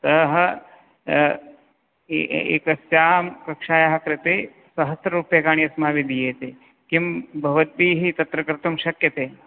सः एकस्याः कक्षायाः कृते सहस्ररूप्यकाणि अस्माभिः दीयते किं भवद्भिः तत्र कर्तुं शक्यते